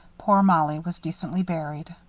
poor mollie was decently buried.